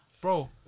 Bro